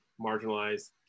marginalized